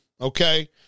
okay